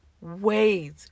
wait